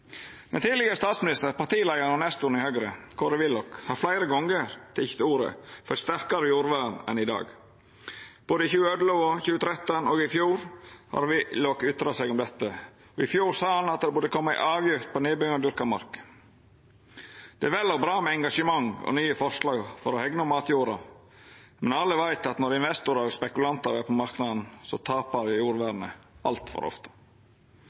den tidlegare statsministeren, partileiaren og nestoren i Høgre, Kåre Willoch, har fleire gonger teke til orde for eit sterkare jordvern enn i dag. Både i 2011, i 2013 og i fjor har Willoch ytra seg om dette, og i fjor sa han det burde koma ei avgift på nedbygging av dyrka mark. Det er vel og bra med engasjement og nye forslag for å hegna om matjorda, men alle veit at når investorar og spekulantar er på marknaden, tapar jordvernet altfor ofte.